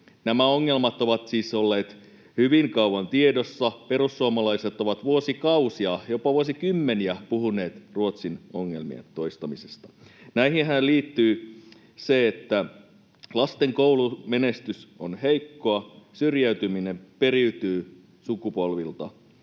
Nämä ongelmat ovat siis olleet hyvin kauan tiedossa. Perussuomalaiset ovat vuosikausia, jopa vuosikymmeniä, puhuneet Ruotsin ongelmien toistamisesta. Näihinhän liittyy se, että lasten koulumenestys on heikkoa, syrjäytyminen periytyy sukupolvilta